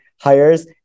hires